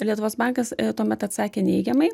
lietuvos bankas tuomet atsakė neigiamai